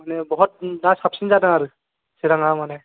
बिदिनो बहुद दा साबसिन जादों आरो चिरांआ माने